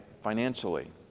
financially